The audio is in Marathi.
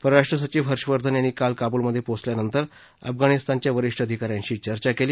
परराष्ट्र सचिव हर्षवर्धन यांनी काल काबूलमधे पोचल्यानंतर अफगाणिस्तानच्या वरिष्ठ अधिकाऱ्यांशी चर्चा केली